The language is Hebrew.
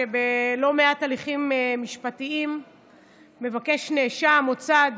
שבלא מעט הליכים משפטיים מבקש נאשם או צד